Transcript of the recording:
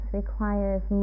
requires